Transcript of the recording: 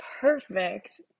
perfect